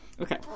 Okay